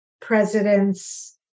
presidents